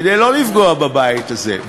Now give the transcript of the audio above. כדי לא לפגוע בבית הזה,